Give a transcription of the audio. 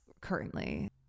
currently